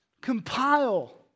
compile